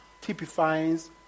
typifies